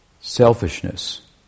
selfishness